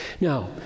Now